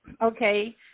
Okay